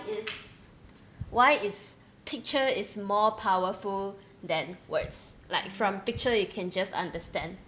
is why is picture is more powerful than words like from picture you can just understand